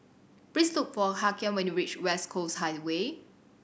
please look for Hakeem when you reach West Coast Highway